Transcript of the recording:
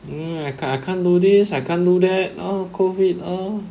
um I can't I can't do this I can't do that oh COVID oh